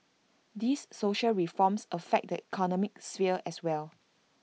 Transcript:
these social reforms affect the economic sphere as well